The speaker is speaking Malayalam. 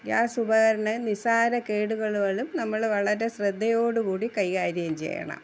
ഗ്യാസ് ഉപകരണങ്ങൾ നിസാര കേടുകളുകളും നമ്മള് വളരെ ശ്രദ്ധയോടുകൂടി കൈകാര്യം ചെയ്യണം